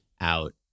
out